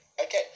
Okay